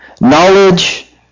knowledge